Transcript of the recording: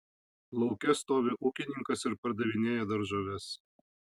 lauke stovi ūkininkas ir pardavinėja daržoves